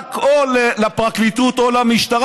או לפרקליטות או למשטרה,